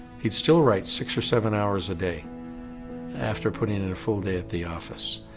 he'd still write six or seven hours a day after putting in a full day at the office.